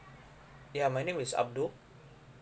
ya my name is abdul